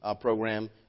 program